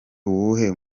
uwuhe